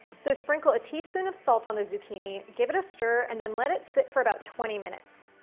so sprinkle a teaspoon of salt on the zucchini, give it a stir, and then let it sit for about twenty minutes.